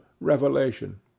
revelation